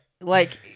like-